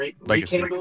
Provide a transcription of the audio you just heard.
Legacy